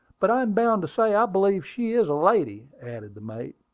but i am bound to say i believe she is a lady, added the mate.